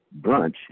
Brunch